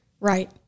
Right